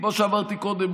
כמו שאמרתי קודם,